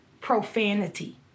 profanity